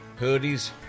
hoodies